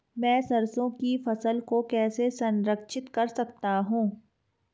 मैं सरसों की फसल को कैसे संरक्षित कर सकता हूँ?